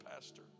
Pastor